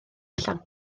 allan